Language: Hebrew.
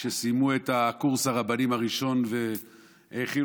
כשסיימו את קורס הרבנים הראשון והאכילו